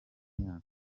myaka